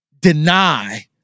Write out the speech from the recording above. deny